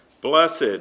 Blessed